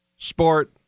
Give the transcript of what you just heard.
Sport